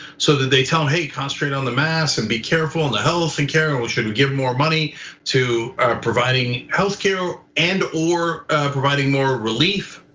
so that they tell him, hey, concentrate on the mass and be careful in the health and care we shouldn't give more money to providing healthcare and or providing more relief.